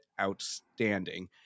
outstanding